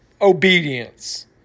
obedience